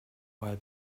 while